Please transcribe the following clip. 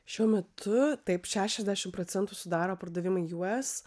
šiuo metu taip šešiasdešimt procentų sudaro pardavimai us